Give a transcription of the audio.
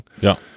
Ja